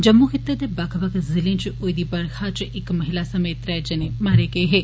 जम्मू खित्ते दे बक्ख बक्ख जिले च होई दी बरखा च इक महिला समेत त्रै जने मारे गे हे